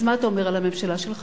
אז מה אתה אומר על הממשלה שלך,